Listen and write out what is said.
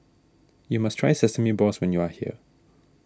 you must try Sesame Balls when you are here